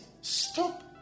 stop